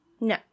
No